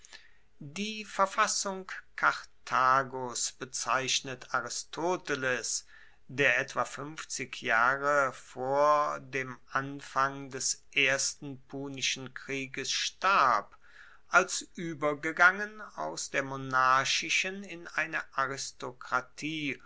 die verfassung karthagos bezeichnet aristoteles der etwa fuenfzig jahre vor dein anfang des ersten punischen krieges starb als uebergegangen aus der monarchischen in eine aristokratie